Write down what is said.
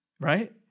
right